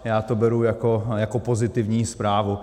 Já to beru jako pozitivní zprávu.